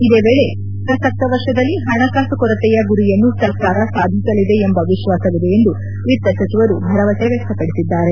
ಇದೇ ವೇಳೆ ಪ್ರಸಕ್ತ ವರ್ಷದಲ್ಲಿ ಹಣಕಾಸು ಕೊರತೆಯ ಗುರಿಯನ್ನು ಸರ್ಕಾರ ಸಾಧಿಸಲಿದೆ ಎಂಬ ವಿಶ್ವಾಸವಿದೆ ಎಂದು ವಿತ್ತ ಸಚಿವರು ಭರವಸೆ ವ್ಲಕ್ತಪಡಿಸಿದ್ದಾರೆ